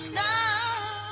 now